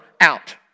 out